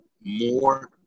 more